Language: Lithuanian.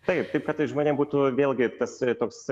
taip taip kad žmonėm būtų vėlgi tas toks